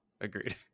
agreed